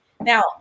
now